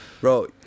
Bro